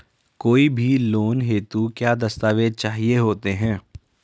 कोई भी लोन हेतु क्या दस्तावेज़ चाहिए होते हैं?